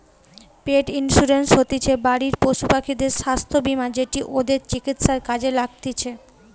পেট insurance হতিছে বাড়ির পশুপাখিদের স্বাস্থ্য বীমা যেটি ওদের চিকিৎসায় কাজে লাগতিছে